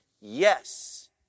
yes